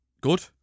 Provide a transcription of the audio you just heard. Good